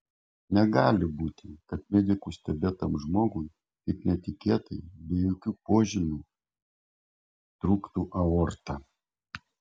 negali būti kad medikų stebėtam žmogui taip netikėtai be jokių požymių trūktų aorta